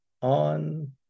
on